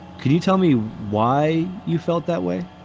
can you tell me why you felt that way?